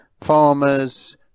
farmers